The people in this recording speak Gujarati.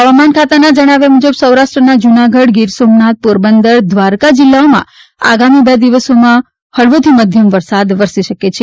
હવામાન ખાતાના જણાવ્યા મુજબ સૌરાષ્ટ્રના જૂનાગઢ ગીર સોમનાથ પોરબંદર દ્વારકામાં જિલ્લાઓમાં આજે અને આવતીકાલે હળવોથી મધ્યમ વરસાદ વરસી શકે છે